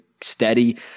steady